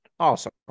Awesome